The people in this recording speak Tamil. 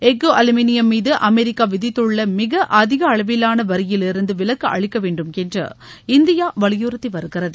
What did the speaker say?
எஃகு அலுமினியம் மீது அமெரிக்கா விதித்துள்ள மிக அதிக அளவிலான வரியிலிருந்து விலக்கு அளிக்கவேண்டும் என்று இந்தியா வலியுறுத்தி வருகிறது